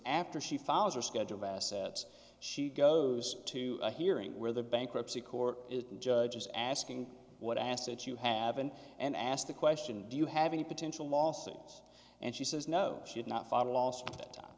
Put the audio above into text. after she found her schedule of assets she goes to a hearing where the bankruptcy court judge is asking what assets you haven't and asked the question do you have any potential lawsuits and she says no she did not follow last time